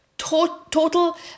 total